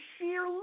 sheer